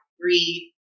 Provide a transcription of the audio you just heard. breathe